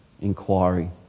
inquiry